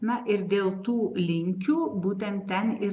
na ir dėl tų linkių būtent ten ir